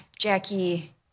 Jackie